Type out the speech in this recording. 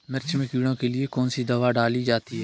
मिर्च में कीड़ों के लिए कौनसी दावा डाली जाती है?